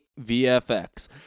VFX